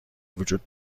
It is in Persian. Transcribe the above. وجود